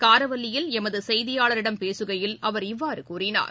காரவல்லியில் எமது செய்தியாளரிடம் பேசுகையில் அவர் இவ்வாறு கூறினார்